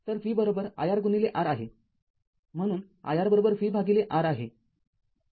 तर v iRR आहे म्हणून iR vR आहे